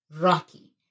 rocky